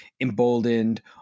emboldened